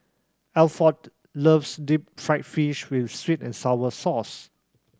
Alford loves deep fried fish with sweet and sour sauce